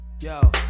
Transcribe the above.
Yo